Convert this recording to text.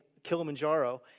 Kilimanjaro